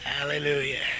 Hallelujah